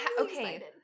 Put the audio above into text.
okay